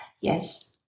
Yes